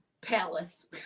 palace